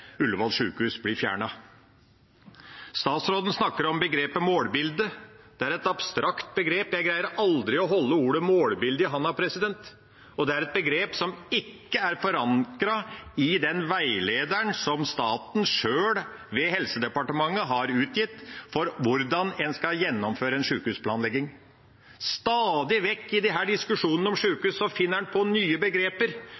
Ullevål sjukehus blir fjernet, vil innebære. Statsråden snakker om begrepet «målbilde». Det er et abstrakt begrep – jeg greier aldri å holde ordet «målbilde» i handa. Det er et begrep som ikke er forankret i den veilederen som staten sjøl ved Helsedepartementet har utgitt for hvordan en skal gjennomføre en sjukehusplanlegging. Stadig vekk i disse diskusjonene om